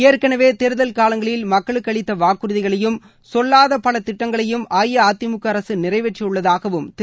ஏற்கனவேதேர்தல் காலங்களில் மக்களுக்குஅளித்த வாக்குறுதிகளையும் சொல்வாதபலதிட்டங்களையும் அஇஅதிமுகஅரசுநிறைவேற்றியுள்ளதாகவும் திரு